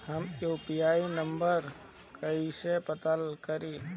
हम UPI number कइसे पता करी?